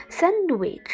Sandwich